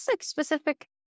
specific